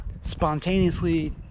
spontaneously